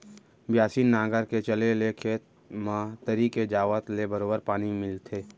बियासी नांगर के चले ले खेत म तरी के जावत ले बरोबर पानी मिलथे